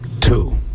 Two